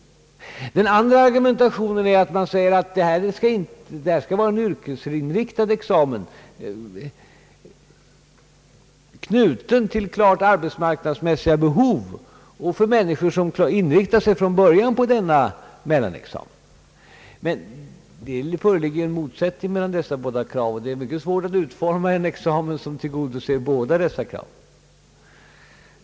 Den andra är att det bör finnas en yrkesinriktad examen, knuten till klart arbetsmarknadsmässiga behov och avsedd för människor som inriktar sig från början på denna mellanexamen. Det föreligger en motsättning mellan dessa båda krav, och det är mycket svårt att utforma en examen som tillgodoser båda kraven.